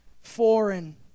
foreign